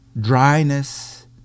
dryness